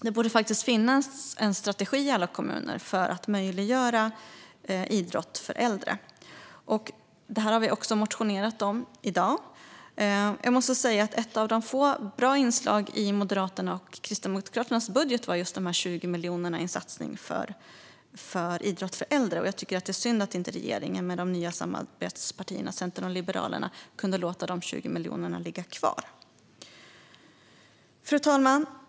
Det borde finnas en strategi i alla kommuner för att möjliggöra idrott för äldre. Detta har vi också motionerat om i dag. Jag måste säga att ett av de få bra inslagen i Moderaternas och Kristdemokraternas budget var de 20 miljoner som satsas på idrott för äldre. Jag tycker att det är synd att regeringen med de nya samarbetspartierna Centern och Liberalerna inte kunde låta dessa 20 miljoner ligga kvar. Fru talman!